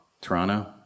Toronto